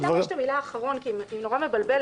יש את המילה "אחרון" והיא נורא מבלבלת,